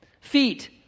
feet